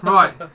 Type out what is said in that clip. Right